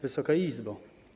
Wysoka Izbo!